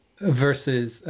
Versus